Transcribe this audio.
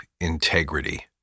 integrity